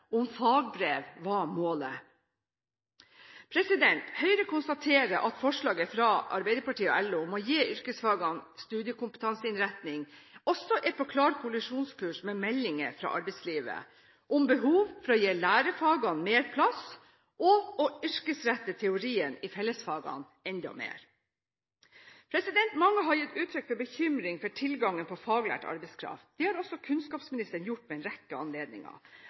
om fagbrev var målet? Høyre konstaterer at forslaget fra Arbeiderpartiet og LO om å gi yrkesfagene studiekompetanseinnretning, også er på klar kollisjonskurs med meldinger fra arbeidslivet om behov for å gi lærefagene mer plass og å yrkesrette teorien i fellesfagene enda mer. Mange har gitt uttrykk for bekymring for tilgangen på faglært arbeidskraft. Det har også kunnskapsministeren gjort ved en rekke anledninger.